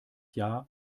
jahr